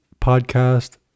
podcast